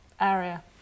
area